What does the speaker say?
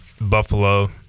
Buffalo